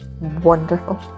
wonderful